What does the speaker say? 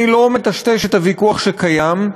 אני לא מטשטש את הוויכוח שקיים,